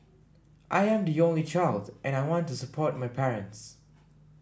I am the only child and I want to support my parents